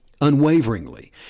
unwaveringly